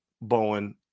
Bowen